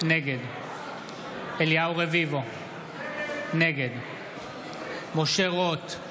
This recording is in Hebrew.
נגד אליהו רביבו, נגד משה רוט,